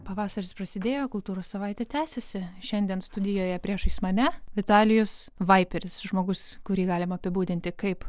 pavasaris prasidėjo kultūros savaitė tęsiasi šiandien studijoje priešais mane vitalijus vaiperis žmogus kurį galima apibūdinti kaip